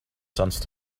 sense